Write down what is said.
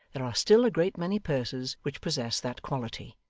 there are still a great many purses which possess that quality.